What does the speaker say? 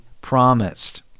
promised